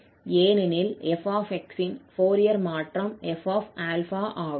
ஏனெனில் f𝑥 இன் ஃபோரியர் மாற்றம் 𝑓𝛼 ஆகும்